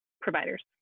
providers